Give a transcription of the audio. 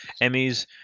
emmys